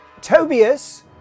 tobias